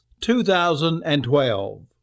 2012